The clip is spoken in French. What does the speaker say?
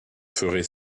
ferai